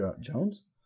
Jones